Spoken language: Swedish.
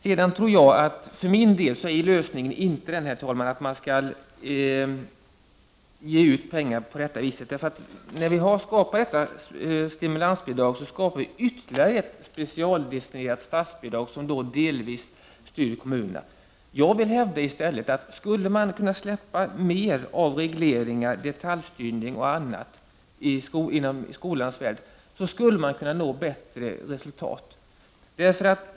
För egen del tror jag inte att lösningen, herr talman, är att man skall ge ut pengar på det här viset. När vi nu har skapat stimulansbidraget skapar vi ytterligare ett specialdestinerat bidrag som delvis styr kommunen. Jag vill hävda att skulle vi släppa mer av regleringar, detaljstyrning och annat inom skolans värld, skulle vi få bättre resultat.